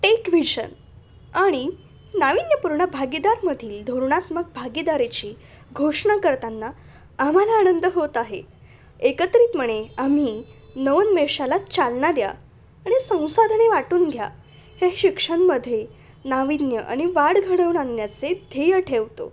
TechVision आणि नाविन्यपूर्ण भागीदारमधील धोरणात्मक भागीदारीची घोषणा करताना आम्हाला आनंद होत आहे एकत्रितपणे आम्ही नवोन्मेषाला चालना द्या आणि संसाधने वाटून घ्या हे शिक्षणामध्ये नाविन्य आणि वाढ घडवून आणण्याचे ध्येय ठेवतो